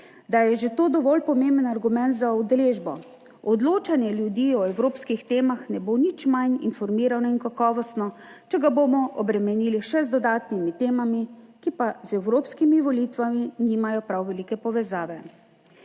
da je že to dovolj pomemben argument za udeležbo. Odločanje ljudi o evropskih temah ne bo nič manj informirano in kakovostno, če ga bomo obremenili še z dodatnimi temami, ki pa z Evropskimi volitvami nimajo prav velike povezave.